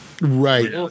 Right